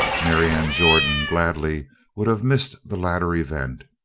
marianne jordan gladly would have missed the latter event.